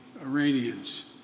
Iranians